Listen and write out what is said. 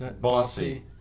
Bossy